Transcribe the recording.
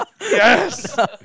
yes